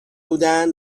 بودن